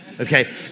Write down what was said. Okay